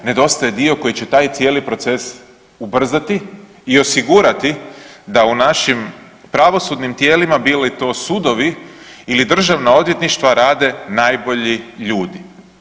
Nedostaje dio koji će taj cijeli proces ubrzati i osigurati da u našim pravosudnim tijelima bili to sudovi ili državna odvjetništva rade najbolji ljudi.